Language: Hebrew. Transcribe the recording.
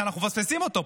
שאנחנו מפספסים אותו פה.